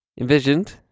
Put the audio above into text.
Envisioned